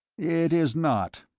it is not.